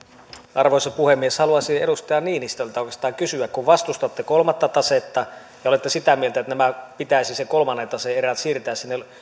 arvoisa puhemies haluaisin edustaja niinistöltä oikeastaan kysyä kun vastustatte kolmatta tasetta ja olette sitä mieltä että pitäisi se kolmannen taseen erä siirtää sinne